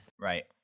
Right